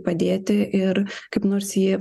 padėti ir kaip nors jį